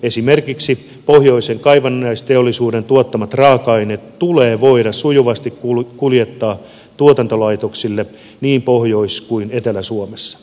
esimerkiksi pohjoisen kaivannaisteollisuuden tuottamat raaka aineet tulee voida sujuvasti kuljettaa tuotantolaitoksille niin pohjois kuin etelä suomessa